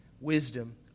wisdom